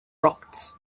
rocks